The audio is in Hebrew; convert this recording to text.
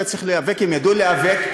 כשהיה צריך להיאבק הם ידעו להיאבק,